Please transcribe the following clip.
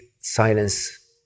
silence